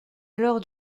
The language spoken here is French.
alors